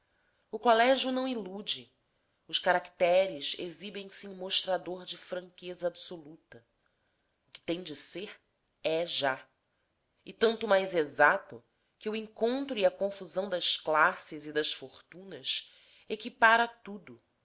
o colégio não ilude os caracteres exibem se em mostrador de franqueza absoluta o que tem de ser é já e tanto mais exato que o encontro e a confusão das classes e das fortunas equipara tudo